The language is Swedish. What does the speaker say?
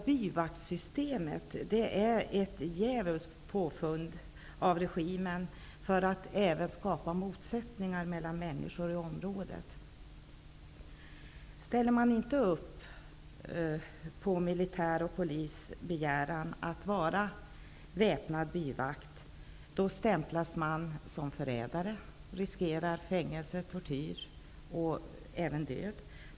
Byvaktssystemet är ett djävulskt påfund av regimen för att skapa motsättningar mellan människorna i området. Ställer man inte upp på militärens och polisens begäran att man skall vara väpnad byvakt, stämplas man såsom förrädare och riskerar fängelse, tortyr och även död.